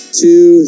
two